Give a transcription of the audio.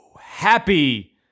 happy